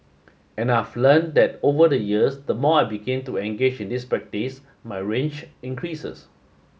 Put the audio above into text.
and I've learnt that over the years the more I begin to engage in this practice my range increases